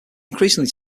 increasingly